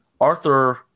Arthur